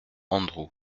andrew